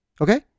Okay